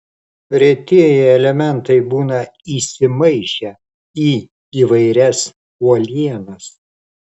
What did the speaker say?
retieji elementai būna įsimaišę į įvairias uolienas